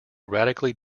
radically